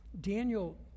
Daniel